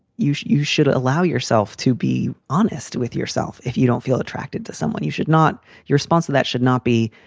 you should you should allow yourself to be honest with yourself. if you don't feel attracted to someone, you should not. your response to that should not be.